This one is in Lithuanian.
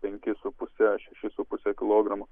penkis su puse šešis su puse kilogramo